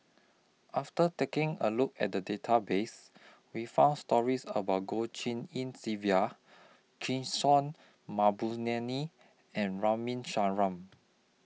after taking A Look At The Database We found stories about Goh Tshin En Sylvia and Ramin